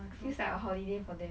feels like a holiday for them